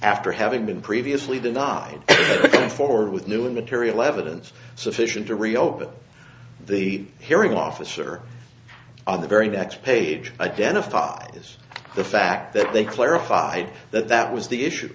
after having been previously denied four with new material evidence sufficient to reopen the hearing officer on the very next page identifies the fact that they clarified that that was the issue